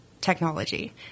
technology